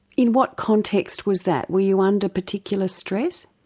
in what context was that? were you under particular stress?